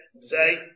Say